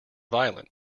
violent